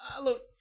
look